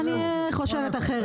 אני חושבת אחרת.